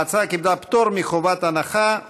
ההצעה קיבלה פטור מחובת הנחה,